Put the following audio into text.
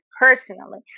personally